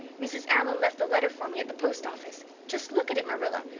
mrs. allan left the letter for me at the post office. just look at it, marilla.